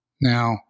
Now